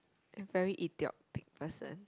a very idiotic person